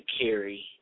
carry